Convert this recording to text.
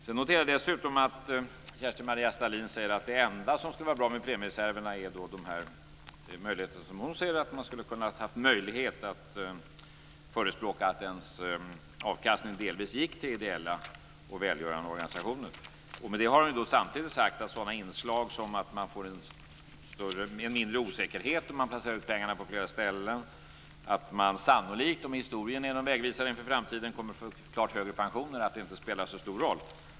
Jag noterar dessutom att Kerstin-Maria Stalin säger att det enda som skulle vara bra med premiereserverna är, som hon ser det, att man skulle ha haft möjlighet att förespråka att ens avkastning delvis gick till ideella och välgörande organisationer. Med detta har hon samtidigt sagt att sådana inslag som att man får en mindre osäkerhet om man placerar ut pengarna på flera ställen och att man sannolikt, om historien är någon vägvisare inför framtiden, kommer att få klart högre pensioner inte spelar så stor roll.